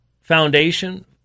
foundation